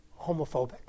homophobic